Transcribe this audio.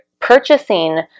purchasing